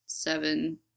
seven